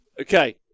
Okay